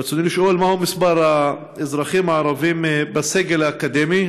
רצוני לשאול: 1. מהו מספר האזרחים הערבים בסגל האקדמי?